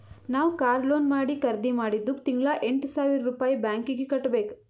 ನಾವ್ car loan ಮಾಡಿ ಖರ್ದಿ ಮಾಡಿದ್ದುಕ್ ತಿಂಗಳಾ ಎಂಟ್ ಸಾವಿರ್ ರುಪಾಯಿ ಬ್ಯಾಂಕೀಗಿ ಕಟ್ಟಬೇಕ್